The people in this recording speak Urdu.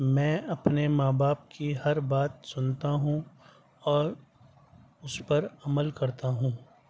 میں اپنے ماں باپ کی ہر بات سنتا ہوں اور اس پر عمل کرتا ہوں